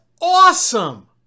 awesome